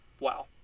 Wow